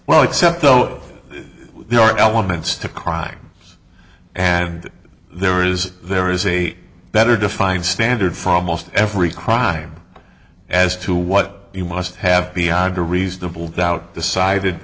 well except though there are elements to crime and there is there is a better defined standard for most every crime as to what you must have beyond a reasonable doubt the sided